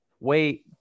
wait